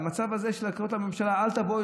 המצב הזה של לקרוא לממשלה: אל תבואו